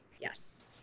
yes